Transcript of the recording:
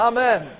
Amen